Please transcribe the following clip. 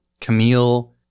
Camille